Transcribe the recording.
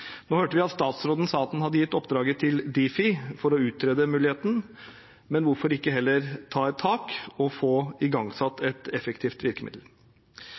Nå hørte vi at statsråden sa at han hadde gitt Difi oppdraget med å utrede muligheten, men hvorfor ikke heller ta i et tak og få igangsatt et effektivt virkemiddel?